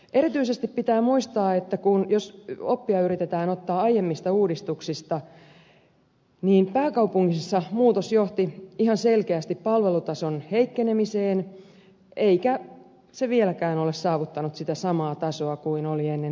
erityisesti pitää muistaa että jos yritetään ottaa oppia aiemmista uudistuksista niin pääkaupungissa muutos johti ihan selkeästi palvelutason heikkenemiseen eikä se vieläkään ole saavuttanut sitä samaa tasoa kuin oli ennen uudistusta